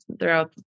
throughout